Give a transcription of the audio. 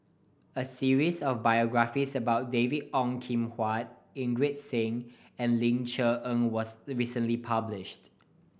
a series of biographies about David Ong Kim Huat Inderjit Singh and Ling Cher Eng was recently published